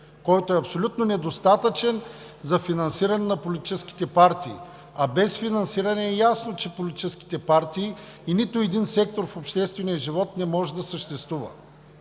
който е абсолютно недостатъчен за финансиране на политическите партии, а без финансиране е ясно, че политическите партии и нито един сектор в обществения живот не може да съществува.